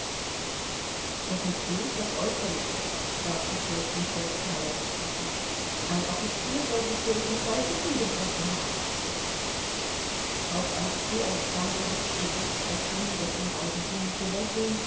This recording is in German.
doch nicht bloß das äußerliche warf die fürstin twerskaja dazwischen ein offizier soll sich soeben zwei rippen gebrochen haben auf alexei alexandrowitschs gesicht erschien das ihm eigentümliche lächeln